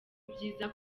byiza